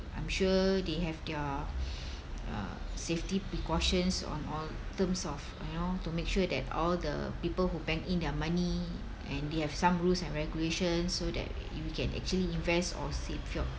I'm sure they have their safety uh precautions on or terms of you know to make sure that all the people who bank in their money and they have some rules and regulations so that we can actually invest or save your